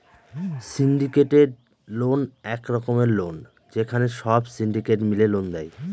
syndicated loan এক রকমের loan যেখানে সব সিন্ডিকেট মিলে লোন দেয়